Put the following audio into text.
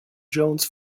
jones